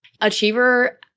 Achiever